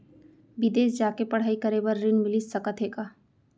बिदेस जाके पढ़ई करे बर ऋण मिलिस सकत हे का?